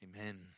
amen